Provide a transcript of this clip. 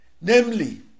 namely